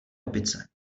opice